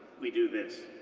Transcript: we do this.